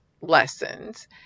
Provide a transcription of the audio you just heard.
lessons